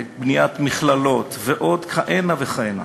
בניית מכללות ועוד כהנה וכהנה.